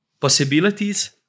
possibilities